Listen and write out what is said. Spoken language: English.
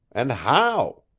and how?